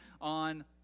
on